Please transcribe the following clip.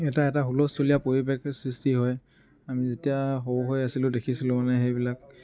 এটা এটা হুলস্থুলীয়া পৰিৱেশৰ সৃষ্টি হয় আমি যেতিয়া সৰু হৈ আছিলোঁ দেখিছিলোঁ মানে সেইবিলাক